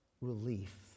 relief